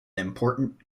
important